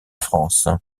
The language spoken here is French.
france